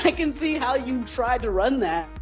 can see how you tried to run that,